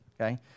okay